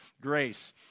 grace